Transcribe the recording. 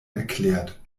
erklärt